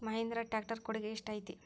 Mahindra tractor ಕೊಡುಗೆ ಎಷ್ಟು ಐತಿ?